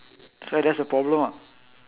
that's why that's a problem ah